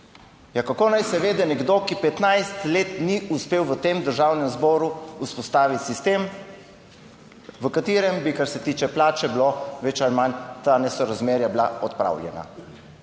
Ja, kako naj se vede nekdo, ki 15 let ni uspel v tem državnem zboru vzpostaviti sistem, v katerem bi, kar se tiče plače, bilo več ali manj ta nesorazmerja bila odpravljena.